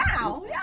wow